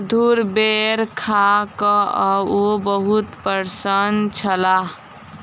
मधुर बेर खा कअ ओ बहुत प्रसन्न छलाह